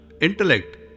intellect